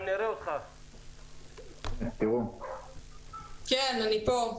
כן, אני פה.